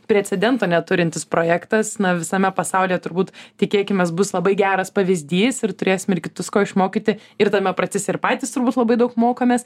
precedento neturintis projektas na visame pasaulyje turbūt tikėkimės bus labai geras pavyzdys ir turėsim ir kitus ko išmokyti ir tame procese ir patys turbūt labai daug mokomės